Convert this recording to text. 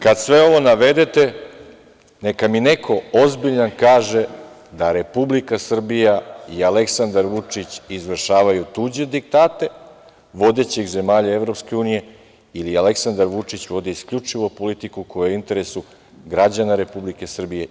Kada sve ovo navedete, neka mi neko ozbiljan kaže da Republika Srbija i Aleksandar Vučić izvršavaju tuđe diktate vodećih zemalja EU ili Aleksandar Vučić vodi isključivo politiku koja je u interesu građana Republike Srbije.